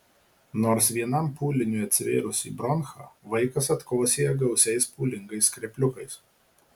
nors vienam pūliniui atsivėrus į bronchą vaikas atkosėja gausiais pūlingais skrepliukais